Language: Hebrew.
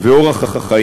החיים